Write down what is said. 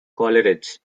coleridge